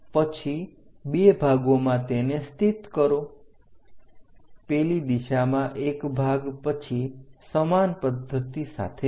પછી 2 ભાગોમાં તેને સ્થિત કરો પેલી દિશામાં 1 ભાગ પછી સમાન પદ્ધતિ સાથે જાઓ